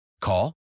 Call